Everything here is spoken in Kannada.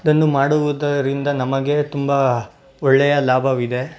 ಇದನ್ನು ಮಾಡುವುದರಿಂದ ನಮಗೆ ತುಂಬಾ ಒಳ್ಳೆಯ ಲಾಭವಿದೆ